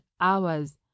hours